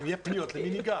אם יהיו פניות, למי ניגש?